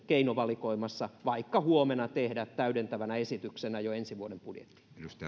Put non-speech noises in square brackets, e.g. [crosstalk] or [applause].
[unintelligible] keinovalikoimassa vaikka huomenna tehdä täydentävänä esityksenä jo ensi vuoden budjettiin